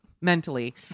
mentally